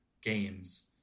games